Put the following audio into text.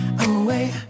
away